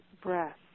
breath